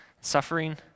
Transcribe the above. suffering